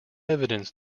evidence